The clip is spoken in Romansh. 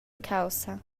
caussa